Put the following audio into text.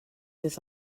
this